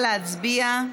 נא להצביע.